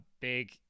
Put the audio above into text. big